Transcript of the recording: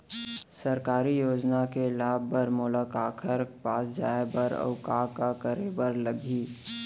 सरकारी योजना के लाभ बर मोला काखर पास जाए बर अऊ का का करे बर लागही?